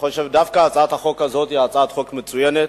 דווקא הצעת החוק הזו היא הצעת חוק מצוינת.